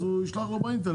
אז הוא ישלח לו באינטרנט.